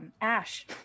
Ash